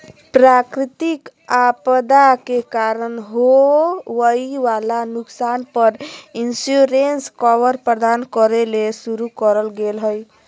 प्राकृतिक आपदा के कारण होवई वला नुकसान पर इंश्योरेंस कवर प्रदान करे ले शुरू करल गेल हई